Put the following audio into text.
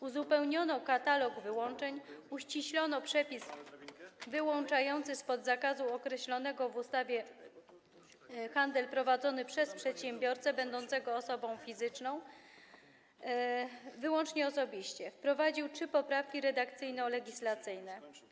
Uzupełniono katalog wyłączeń, uściślono przepis wyłączający spod określonego w ustawie zakazu handel prowadzony przez przedsiębiorcę będącego osobą fizyczną wyłącznie osobiście i wprowadzono trzy poprawki redakcyjno-legislacyjne.